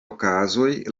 okazoj